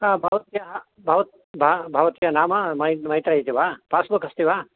आं भवत्याः भवत् भवत्याः नाम मैत्रेयी इति वा पास्बुक् अस्ति वा